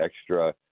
extra